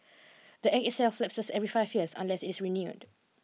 the Act itself lapses every five years unless it's renewed